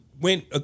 went